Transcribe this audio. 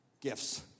gifts